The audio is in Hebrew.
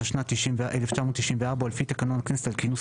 התשנ"ד 1994 או לפי תקנון הכנסת על כינוס